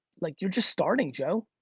like you're just starting, joe.